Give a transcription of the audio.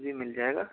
जी मिल जाएगा